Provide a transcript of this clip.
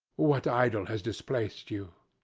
what idol has displaced you?